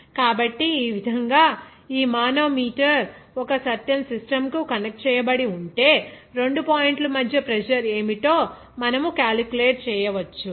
కాబట్టి ఈ విధంగా ఈ మానోమీటర్ ఒక సర్టెన్ సిస్టమ్ కు కనెక్ట్ చేయబడి ఉంటే రెండు పాయింట్ల మధ్య ప్రెజర్ ఏమిటో మనము క్యాలిక్యులేట్ చేయవచ్చు